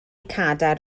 cadair